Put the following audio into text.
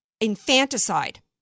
infanticide